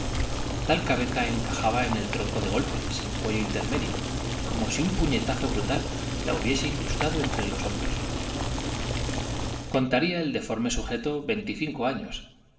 tal cabeza encajaba en el tronco de golpe sin cuello intermedio como si un puñetazo brutal la hubiese incrustado entre los hombros contaría el deforme sujeto veinticinco años